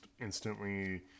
instantly